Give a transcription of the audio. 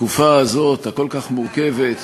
הכל-כך מורכבת,